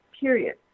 period